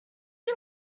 you